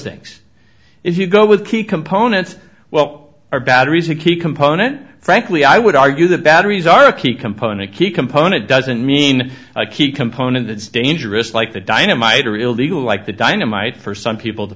things if you go with key components well are batteries a key component frankly i would argue the batteries are a key component key component doesn't mean a key component that is dangerous like the dynamite or illegal like the dynamite for some people to